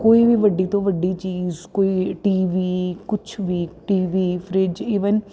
ਕੋਈ ਵੀ ਵੱਡੀ ਤੋਂ ਵੱਡੀ ਚੀਜ਼ ਕੋਈ ਟੀਵੀ ਕੁਛ ਵੀ ਟੀਵੀ ਫ੍ਰਿਜ ਈਵਨ